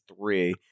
three